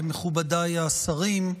מכובדיי השרים,